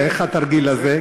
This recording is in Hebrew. איך התרגיל הזה?